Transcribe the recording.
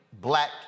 black